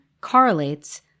correlates